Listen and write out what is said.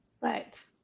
Right